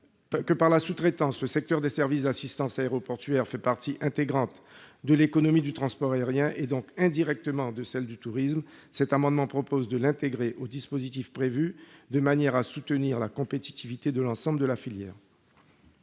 que, par la sous-traitance, le secteur des services d'assistance aéroportuaire fait partie intégrante de l'économie du transport aérien, donc indirectement de celle du tourisme, cet amendement vise à l'intégrer au dispositif prévu, de manière à soutenir la compétitivité de l'ensemble de la filière.